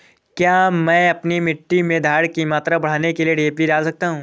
क्या मैं अपनी मिट्टी में धारण की मात्रा बढ़ाने के लिए डी.ए.पी डाल सकता हूँ?